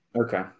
Okay